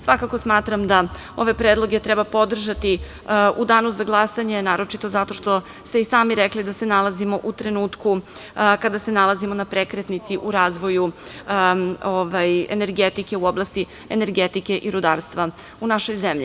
Svakako, smatram da ove predloge treba podržati u danu za glasanje, naročito zato što ste i sami rekli da se nalazimo u trenutku kada se nalazimo na prekretnici u razvoju energetike u oblasti energetike i rudarstva u našoj zemlji.